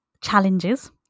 challenges